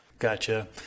Gotcha